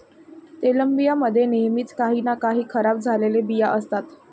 तेलबियां मध्ये नेहमीच काही ना काही खराब झालेले बिया असतात